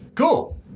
Cool